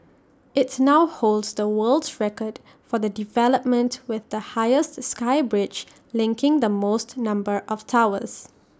it's now holds the world's record for the development with the highest sky bridge linking the most number of towers